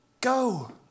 Go